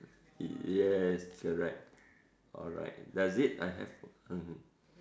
yes correct alright does it uh have mmhmm